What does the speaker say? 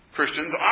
Christians